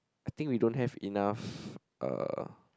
I think we don't have enough uh